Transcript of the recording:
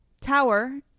tower